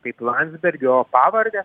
kaip landsbergio pavardę